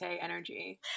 energy